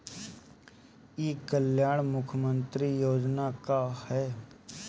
ई कल्याण मुख्य्मंत्री योजना का है?